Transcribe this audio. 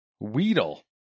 Weedle